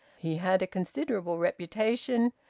he had a considerable reputation,